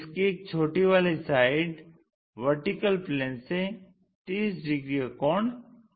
इसकी एक छोटी वाली साइड VP से 30 डिग्री कोण बनाती है